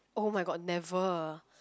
oh-my-god never